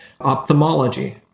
ophthalmology